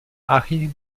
harry